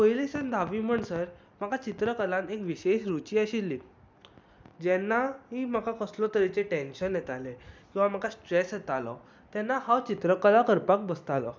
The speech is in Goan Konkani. पयली सावन धावी म्हणसर म्हाका चित्रकला हे विशयाची रुची आशिल्ली जेन्ना की म्हाक कसले तरेचें टॅन्शन येतालें वा म्हाका स्ट्रेस येतालो तेन्ना हांव चित्रकला करपाक बसतालों